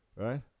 right